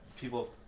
people